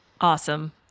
Awesome